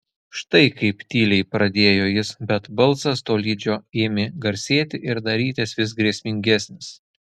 štai kaip tyliai pradėjo jis bet balsas tolydžio ėmė garsėti ir darytis vis grėsmingesnis